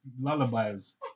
lullabies